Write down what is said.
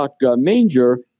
manger